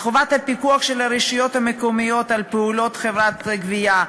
חובת הפיקוח של הרשויות המקומיות על פעולות הגבייה.